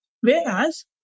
Whereas